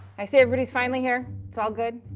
i say everybody's finally here. it's all good.